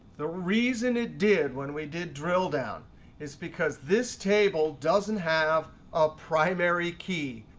the reason it did when we did drill down is because this table doesn't have a primary key.